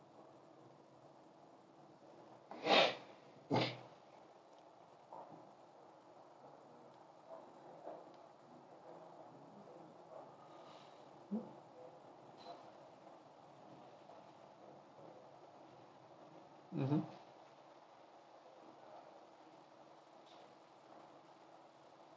mmhmm